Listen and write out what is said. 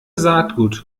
saatgut